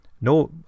no